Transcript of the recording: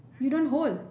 you don't hold